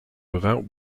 without